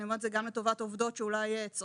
אני אומרת את זה גם לטובת עובדות שאולי צופות,